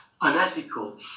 unethical